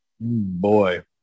Boy